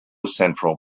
central